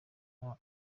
azaba